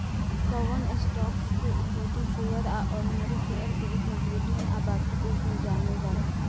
कवन स्टॉक्स के equity share आ ऑर्डिनरी शेयर के रूप में ब्रिटेन आ बाकी देश में जानल जाला